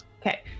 Okay